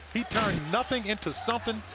he turned nothing into something.